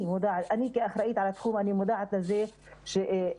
אני כאחראית על התחום אני מודעת לזה שאם